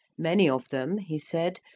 many of them, he said,